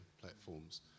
platforms